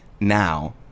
now